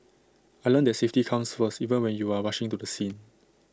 I learnt that safety comes first even when you are rushing to the scene